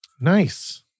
Nice